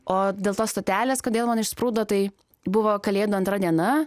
o dėl to stotelės kodėl man išsprūdo tai buvo kalėdų antra diena